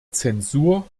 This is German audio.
zensur